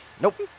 Nope